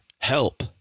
help